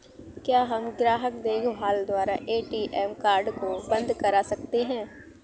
क्या हम ग्राहक देखभाल द्वारा ए.टी.एम कार्ड को बंद करा सकते हैं?